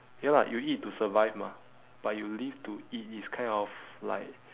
ya lah you eat to survive mah but you live to eat is kind of like